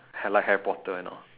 like harry potter and all